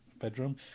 bedroom